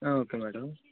okay madam